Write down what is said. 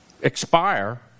expire